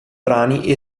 brani